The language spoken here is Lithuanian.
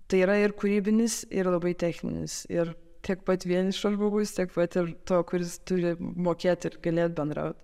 tai yra ir kūrybinis ir labai techninis ir tiek pat vienišo žmogaus tiek pat ir to kuris turi mokėt ir galėt bendraut